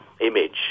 image